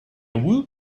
woot